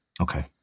Okay